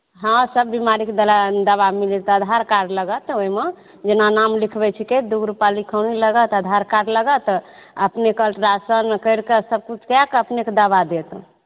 हॅं सब बिमाड़ीके दबाइ दबा मिल जायत अधार कार्ड लागत ओहिमे जेना नाम लिखबै छिकै दू गो रूपा लिखौनी लागत अधार कार्ड लागत आ अपनेके अल्ट्रासौंड करि कऽ सब किछु कै कऽ अपने के दबा देत